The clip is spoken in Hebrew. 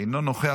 אינו נוכח,